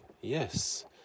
Yes